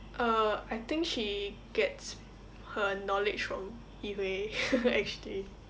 uh I think she gets her knowledge from yi hui ashley